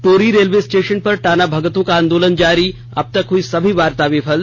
Tori railway station पर टाना भगतों का आंदोलन जारी अबतक हुई सभी वार्ता विफल